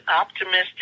optimistic